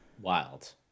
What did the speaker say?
wild